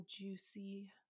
juicy